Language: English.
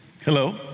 hello